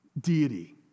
deity